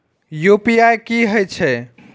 UPI की हेछे?